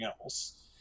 else